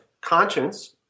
conscience